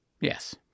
Yes